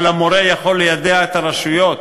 אבל המורה יכול ליידע את הרשויות,